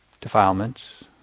defilements